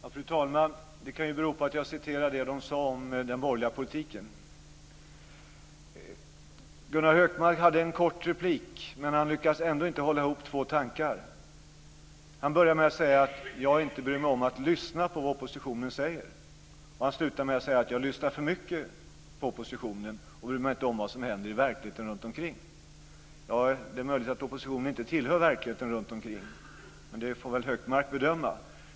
Fru talman! Det kan ju bero på att jag citerade det man skrev om den borgerliga politiken. Gunnar Hökmark hade en kort replik, men han lyckades ändå inte hålla ihop två tankar. Han började med att säga att jag inte bryr mig om att lyssna på vad oppositionen säger, och han slutade med att säga att jag lyssnar för mycket på oppositionen och inte bryr mig om vad som händer i verkligheten runt omkring. Det är möjligt att oppositionen inte tillhör verkligheten runt omkring. Det får Gunnar Hökmark bedöma.